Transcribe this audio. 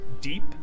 deep